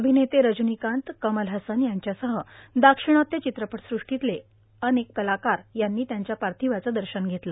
अभिनेते रजनीकांत कमल हसन यांच्यासह दाक्षिणात्य चित्रपटसृष्टीतले अनेक कलाकारांनी त्यांच्या पार्थिवाचं दर्शन घेतलं